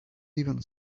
even